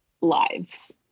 lives